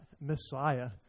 Messiah